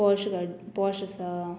पोश घा पोश आसा